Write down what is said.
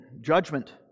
judgment